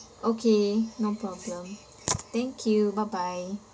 okay no problem thank you bye bye